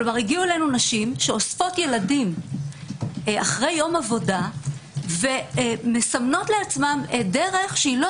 הגיעו אלינו נשים שאוספות ילדים אחרי יום עבודה ומסמנות לעצמן דרך שלא